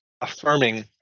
affirming